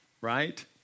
right